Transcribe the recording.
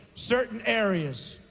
certain areas.